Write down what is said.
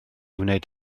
wneud